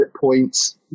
points